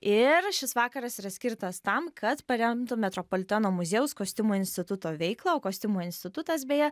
ir šis vakaras yra skirtas tam kad paremtų metropoliteno muziejaus kostiumų instituto veiklą o kostiumo institutas beje